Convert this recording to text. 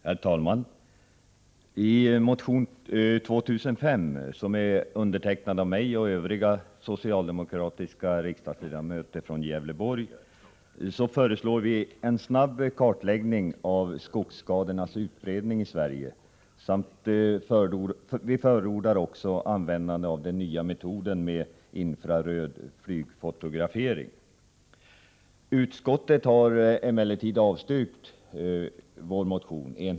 Herr talman! I motion 2005, som är undertecknad av mig och övriga socialdemokratiska riksdagsledamöter i Gävleborgs län, föreslår vi en snabb kartläggning av skogsskadornas utbredning i Sverige samt förordar användande av den nya metoden flygfotografering med infraröd film. Utskottet har emellertid enhälligt avstyrkt vår motion.